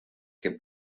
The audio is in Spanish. que